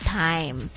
time